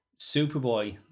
Superboy